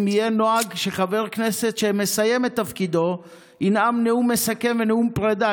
אם יהיה נוהג שחבר כנסת שמסיים את תפקידו ינאם נאום מסכם ונאום פרידה.